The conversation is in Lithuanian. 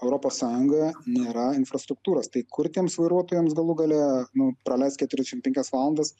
europos sąjungoje nėra infrastruktūros tai kur tiems vairuotojams galų gale nu praleist keturiasdešim penkias valandas